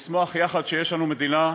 לשמוח יחד שיש לנו מדינה,